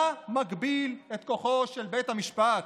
מה מגביל את כוחו של בית המשפט?